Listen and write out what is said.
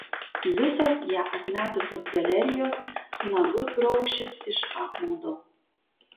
visos ją atmetusios galerijos nagus graušis iš apmaudo